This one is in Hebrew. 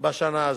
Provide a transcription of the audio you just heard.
בשנה הזאת.